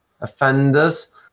offenders